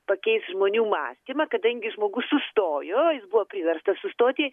pakeis žmonių mąstymą kadangi žmogus sustojo jis buvo priverstas sustoti